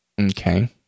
Okay